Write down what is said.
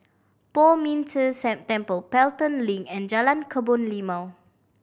Poh Ming Tse Temple Pelton Link and Jalan Kebun Limau